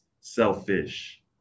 selfish